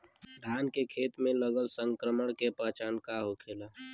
धान के खेत मे लगल संक्रमण के पहचान का होखेला?